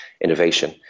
innovation